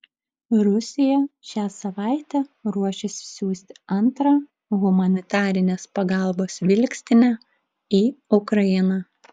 rusija šią savaitę ruošiasi siųsti antrą humanitarinės pagalbos vilkstinę į ukrainą